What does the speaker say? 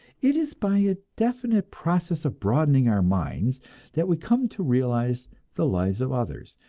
it is by a definite process of broadening our minds that we come to realize the lives of others,